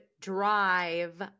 drive